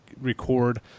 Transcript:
record